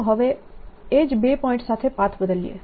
ચાલો હવે એ જ બે પોઇન્ટ સાથે પાથ બદલીએ